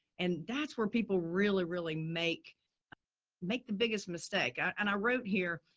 and that's where people really, really make make the biggest mistake i, and i wrote here,